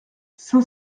saint